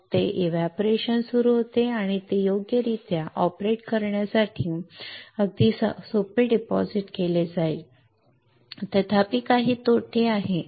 मग ते एव्हपोरेशन सुरू होते ते योग्यरित्या ऑपरेट करण्यासाठी अगदी सोपे डिपॉझिट केले जाईल तथापि काही तोटे आहेत